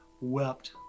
wept